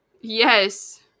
Yes